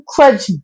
Crunch